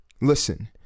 Listen